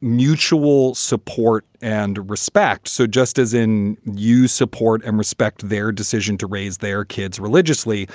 mutual support and respect. so just as in you support and respect their decision to raise their kids religiously,